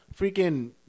freaking